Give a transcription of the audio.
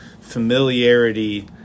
familiarity